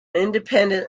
independent